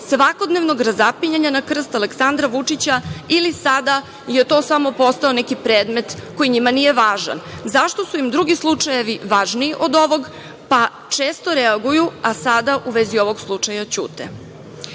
svakodnevnom razapinjanja na krst Aleksandra Vučića, ili je sada to samo postao neki predmet koji njima nije važan? Zašto su im drugi slučajevi važniji od ovog, pa često reaguju, a sad u vezi ovog slučaja ćute? Još